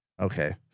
Okay